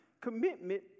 Commitment